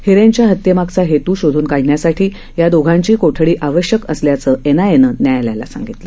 हिरेनच्या हत्येमागचा हेतू शोधून काढण्यासाठी या दोघांची कोठडी आवश्यक असल्याचं एनआयएनं न्यायालयाला सांगितलं